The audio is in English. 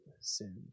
sin